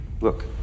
Look